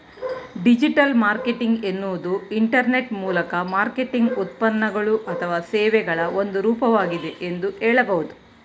digital marketing ಎನ್ನುವುದು internet ಮೂಲಕ marketing ಉತ್ಪನ್ನಗಳು ಅಥವಾ ಸೇವೆಗಳ ಒಂದು ರೂಪವಾಗಿದೆ ಎಂದು ಹೇಳಬಹುದು